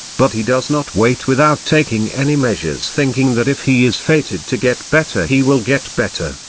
but he does not wait without taking any measures thinking that if he is fated to get better he will get better.